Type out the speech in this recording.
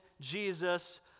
Jesus